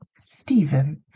Stephen